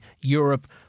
Europe